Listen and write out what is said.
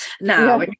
now